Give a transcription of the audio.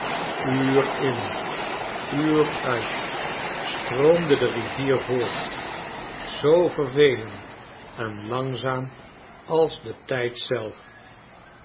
eentonlge voorwerpen uur in uur uit stroomde de rivier voort zoo vervelend en langzaam als de tijd zelf